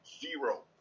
zero